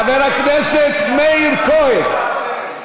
חבר הכנסת מאיר כהן.